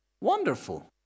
wonderful